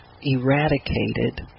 eradicated